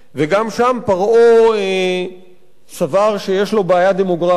וגם שם פרעה סבר שיש לו בעיה דמוגרפית,